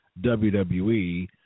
WWE